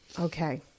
Okay